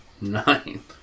Nine